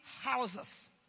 houses